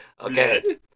Okay